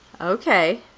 Okay